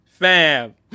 Fam